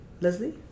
Leslie